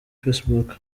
facebook